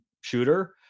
shooter